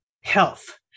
health